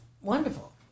wonderful